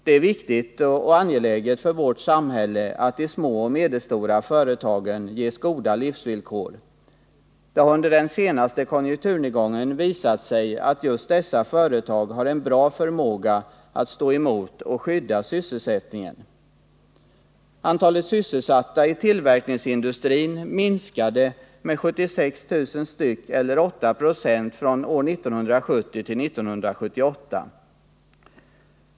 Det är viktigt och angeläget för vårt samhälle att de små och medelstora företagen ges goda livsvillkor. Det har under den senaste konjunkturnedgången visat sig att just dessa företag har en bra förmåga att stå emot och skydda sysselsättningen. Antalet sysselsatta i tillverkningsindustrin minskade med 76 000 eller 8 96 från år 1970 till år 1978.